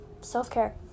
self-care